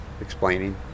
explaining